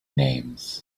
names